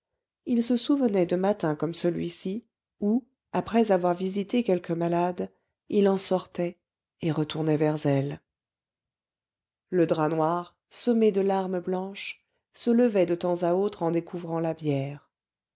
il se souvenait de matins comme celui-ci où après avoir visité quelque malade il en sortait et retournait vers elle le drap noir semé de larmes blanches se levait de temps à autre en découvrant la bière